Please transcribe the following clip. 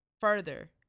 further